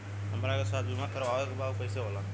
हमरा के स्वास्थ्य बीमा कराए के बा उ कईसे होला?